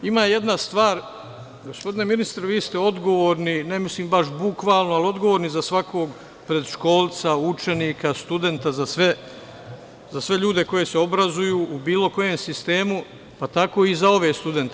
Ima jedna stvar, gospodine ministre, vi ste odgovorni, ne mislim baš bukvalno, ali odgovorni za svakog predškolca, učenika, studenta za sve ljude koji se obrazuju u bilo kojem sistemu, pa tako i za ove student.